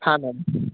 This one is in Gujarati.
હા મેમ